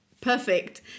perfect